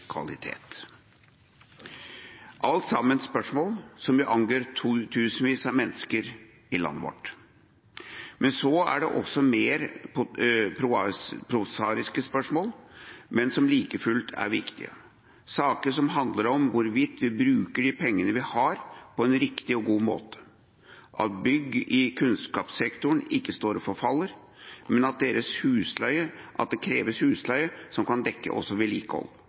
kvalitet – alt sammen spørsmål som angår tusenvis av mennesker i landet vårt. Men så er det også mer prosaiske spørsmål, men som like fullt er viktige – saker som handler om hvorvidt vi bruker de pengene vi har, på en riktig og god måte: at bygg i kunnskapssektoren ikke står og forfaller, men at det kreves husleie som kan dekke også vedlikehold,